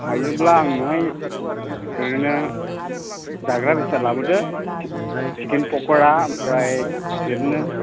हायोब्ला आंनोहाय ओरैनो जाग्रा बेसाद लाबोदो चिकेन पक'रा ओमफ्राय ओरैनो